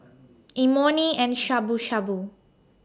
Imoni and Shabu Shabu